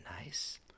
nice